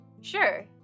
sure